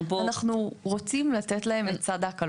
אנחנו רוצים לתת להם את סד ההקלות הזה.